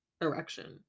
erection